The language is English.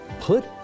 Put